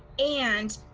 and,